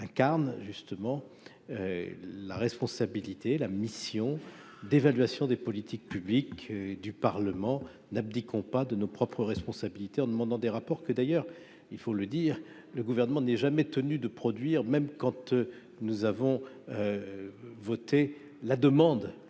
incarne justement la responsabilité, la mission d'évaluation des politiques publiques du Parlement n'abdique ont pas de nos propres responsabilités en demandant des rapports que d'ailleurs il faut le dire, le gouvernement n'ait jamais tenu de produire, même quand tu nous avons voté la demande